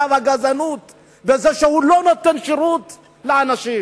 והגזענות בזה שהוא לא נותן שירות לאנשים.